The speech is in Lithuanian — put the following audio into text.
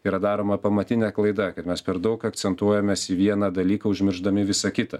yra daroma pamatinė klaida kad mes per daug akcentuojamas į vieną dalyką užmiršdami visa kita